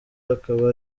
akaba